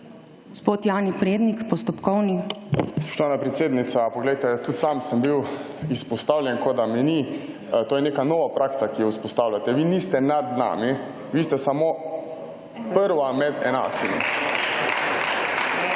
Gospod Jani Prednik, postopkovno. JANI PREDNIK (PS SD): Spoštovana predsednica, poglejte, tudi sam sem bil izpostavljen, kot da me ni. To je neka nova praksa, ki jo vzpostavljate. Vi niste nad nami, vi ste samo prva med enakimi.